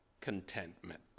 contentment